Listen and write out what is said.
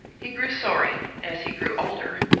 he grew sorry, as he grew older,